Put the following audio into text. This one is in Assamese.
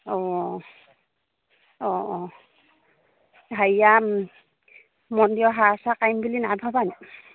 অঁ অঁ অঁ হেৰিয়ৰ মন্দিৰত সেৱা চেৱা কাঢ়িম বুলি নাইভবানি